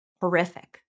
horrific